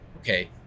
okay